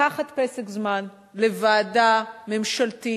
לקחת פסק זמן לוועדה ממשלתית,